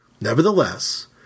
Nevertheless